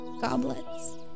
goblets